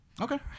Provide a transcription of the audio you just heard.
Okay